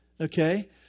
Okay